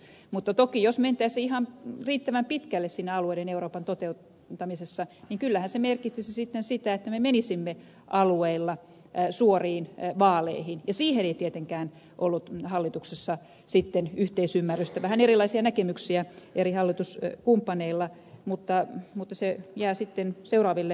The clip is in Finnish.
mutta toki jos mentäisiin ihan riittävän pitkälle siinä alueiden euroopan toteuttamisessa niin kyllähän se merkitsisi sitä että me menisimme alueilla suoriin vaaleihin ja siihen ei tietenkään ollut hallituksessa yhteisymmärrystä vähän erilaisia näkemyksiä eri hallituskumppaneilla mutta se jää sitten seuraaville vaalikausille